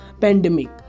pandemic